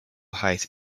height